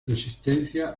resistencia